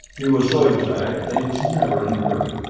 he was so exact that he was never in a hurry,